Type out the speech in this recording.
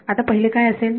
आता पहिले काय असेल